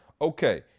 okay